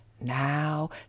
Now